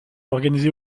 organisé